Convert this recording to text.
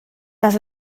das